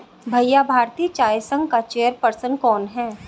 भैया भारतीय चाय संघ का चेयर पर्सन कौन है?